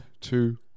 two